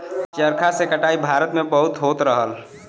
चरखा से कटाई भारत में बहुत होत रहल